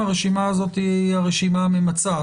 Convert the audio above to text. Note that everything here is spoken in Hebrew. היא הרשימה הממצה,